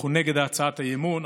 אנחנו נגד הצעת האי-אמון.